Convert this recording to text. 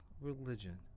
religion